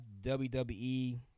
WWE